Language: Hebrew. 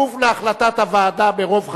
כפוף להחלטת הוועדה ברוב חבריה,